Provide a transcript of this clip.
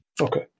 okay